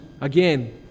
again